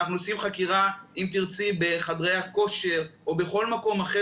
כשאנחנו עושים חקירה בחדרי הכושר או בכל מקום אחר